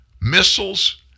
missiles